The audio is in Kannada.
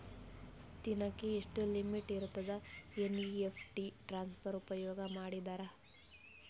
ದಿನಕ್ಕ ಎಷ್ಟ ಲಿಮಿಟ್ ಇರತದ ಎನ್.ಇ.ಎಫ್.ಟಿ ಟ್ರಾನ್ಸಫರ್ ಉಪಯೋಗ ಮಾಡಿದರ?